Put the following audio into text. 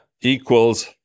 equals